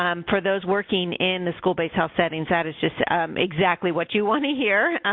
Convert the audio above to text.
um for those working in the school-based health settings, that is just exactly what you want to hear,